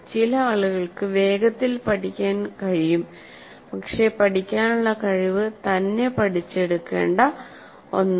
ചില ആളുകൾക്ക് വേഗത്തിൽ പഠിക്കാൻ കഴിയും പക്ഷേ പഠിക്കാനുള്ള കഴിവ് തന്നെ പഠിച്ചെടുക്കേണ്ടുന്ന ഒന്നാണ്